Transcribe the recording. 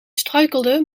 struikelde